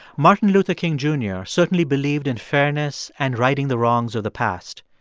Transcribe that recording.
martin luther king jr. certainly believed in fairness and righting the wrongs of the past.